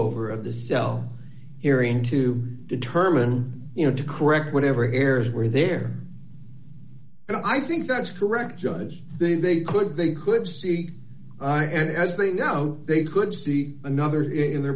over of the self hearing to determine you know to correct whatever errors were there and i think that's correct judge then they could they could see i had as they know they could see another in their